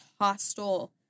hostile